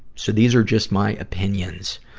so these are just my opinions,